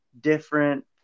different